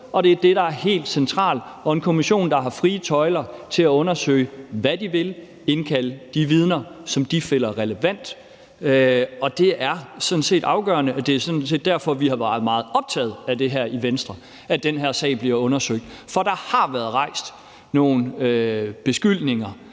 der er helt centralt. Det er en kommission, der har helt frie tøjler til at undersøge, hvad de vil, og indkalde de vidner, som de finder relevante. Det er sådan set afgørende, og det er sådan set derfor, vi har været meget optaget af i Venstre, at den her sag bliver undersøgt. For der har været rejst nogle beskyldninger,